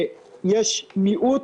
יש מיעוט,